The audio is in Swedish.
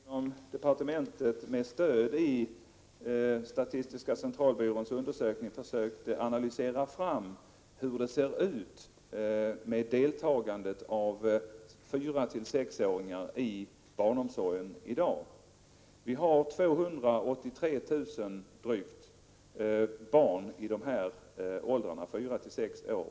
Herr talman! Vi har inom departementet med stöd av statistiska centralbyråns undersökning försökt analysera fram hur det ser ut med deltagandet av 4—6-åringar i barnomsorgen i dag. Vi har drygt 283 000 barn i åldrarna 4—6 år.